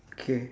K